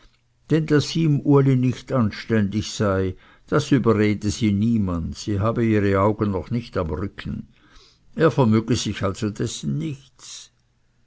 denn daß ihm uli nicht anständig sei das überrede sie niemand sie habe ihre augen noch nicht am rücken er vermöge sich also dessen nichts